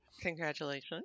Congratulations